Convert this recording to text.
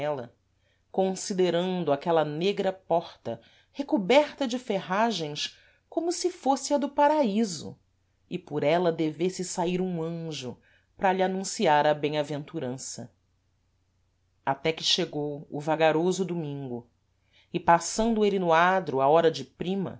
janela considerando aquela negra porta recoberta de ferragens como se fôsse a do paraíso e por ela devesse saír um anjo para lhe anunciar a bemaventurança até que chegou o vagaroso domingo e passando êle no adro à hora de prima